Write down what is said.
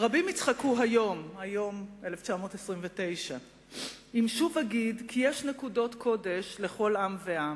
"רבים יצחקו היום אם שוב אגיד כי יש נקודות קודש לכל עם ועם,